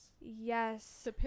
Yes